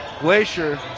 Glacier